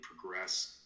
progress